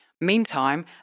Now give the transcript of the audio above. Meantime